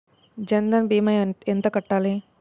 జన్ధన్ భీమా ఎంత కట్టాలి?